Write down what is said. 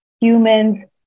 humans